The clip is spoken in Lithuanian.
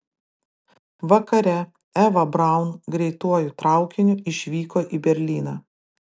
vakare eva braun greituoju traukiniu išvyko į berlyną